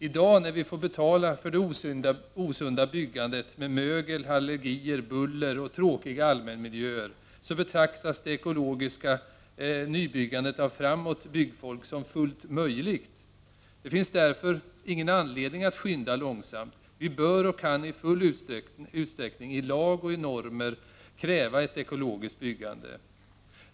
I dag, när vi får betala för det osunda byggandet med mögel, allergier, buller och tråkiga allmännmiljöer, betraktas det ekologiska nybyggandet av byggfolk som är framåt som fullt möjligt. Det finns därför ingen anledning att skynda långsamt. Vi bör, och kan, i full utsträckning — i lag och i normer — pröva ett ekologiskt byggande.